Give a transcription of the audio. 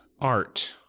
art